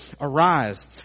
arise